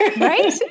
Right